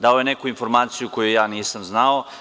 Dao je neku informaciju koju ja nisam znao.